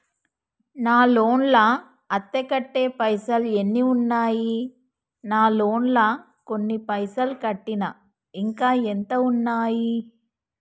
నా లోన్ లా అత్తే కట్టే పైసల్ ఎన్ని ఉన్నాయి నా లోన్ లా కొన్ని పైసల్ కట్టిన ఇంకా ఎంత ఉన్నాయి?